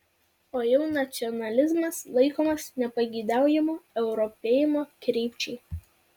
o jau nacionalizmas laikomas nepageidaujamu europėjimo krypčiai